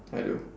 I do